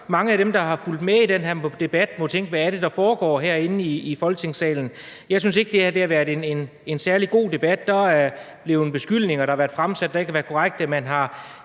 mange af dem, der har fulgt med i den her debat, må tænke: Hvad er det, der foregår herinde i Folketingssalen? Jeg synes ikke, at det her har været en særlig god debat. Der har været fremsat beskyldninger, der ikke er korrekte, man har